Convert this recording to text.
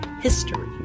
history